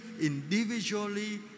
individually